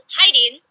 hiding